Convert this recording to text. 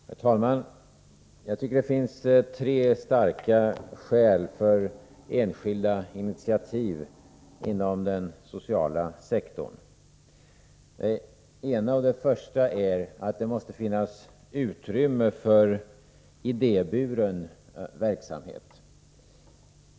Herr talman! Jag tycker att det finns tre starka skäl för enskilda initiativ inom den sociala sektorn. Det första är att det måste finnas utrymme för idéburen verksamhet.